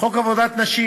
חוק עבודת נשים